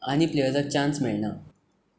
आनी प्लेयर्सांक चान्स मेळना